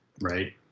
right